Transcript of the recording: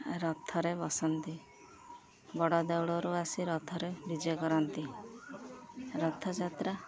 ରଥରେ ବସନ୍ତି ବଡ଼ଦେଉଳରୁ ଆସି ରଥରେ ବିଜେ କରନ୍ତି ରଥଯାତ୍ରା